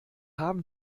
haben